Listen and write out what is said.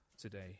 today